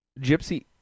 gypsy